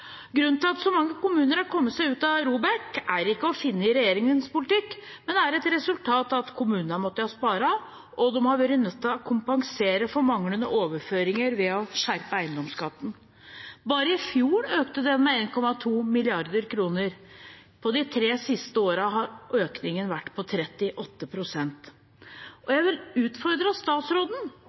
Grunnen til at så mange kommuner har kommet seg ut av ROBEK, er ikke å finne i regjeringens politikk, men er et resultat av at kommunene har måttet spare, og de har vært nødt til å kompensere for manglende overføringer ved å skjerpe eiendomsskatten. Bare i fjor økte den med 1,2 mrd. kr. På de tre siste årene har økningen vært på 38 pst. Jeg vil utfordre statsråden